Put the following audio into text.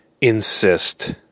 insist